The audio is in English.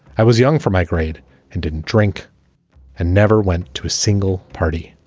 i was young for my grade and didn't drink and never went to a single party.